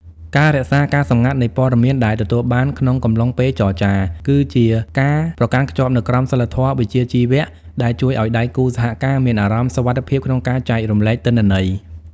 ការរក្សាការសម្ងាត់នៃព័ត៌មានដែលទទួលបានក្នុងកំឡុងពេលចរចា គឺជាការប្រកាន់ខ្ជាប់នូវក្រមសីលធម៌វិជ្ជាជីវៈដែលជួយឱ្យដៃគូសហការមានអារម្មណ៍សុវត្ថិភាពក្នុងការចែករំលែកទិន្នន័យ។